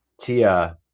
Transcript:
tia